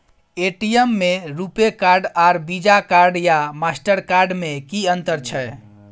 ATM में RuPay card आर Visa card या मास्टर कार्ड में कि अतंर छै?